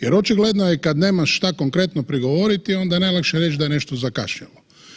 Jer očigledno je kad nemaš šta konkretno prigovoriti onda je najlakše reći da je nešto zakašnjelo.